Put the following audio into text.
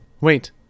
Wait